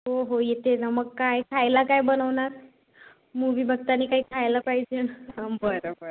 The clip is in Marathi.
हो हो येते ना मग काय खायला काय बनवणार मूवी बघताना काही खायला पाहिजे ना हं बरं बरं